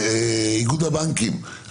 איגוד הבנקים,